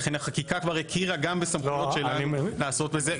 לכן החקיקה כבר הכירה גם בסמכויות שלנו לעסוק בזה.